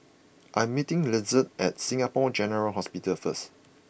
I'm meeting Izetta at Singapore General Hospital first